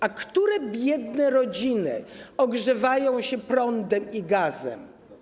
A które biedne rodziny ogrzewają się prądem i gazem?